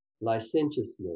licentiousness